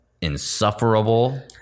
insufferable